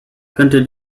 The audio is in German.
könnte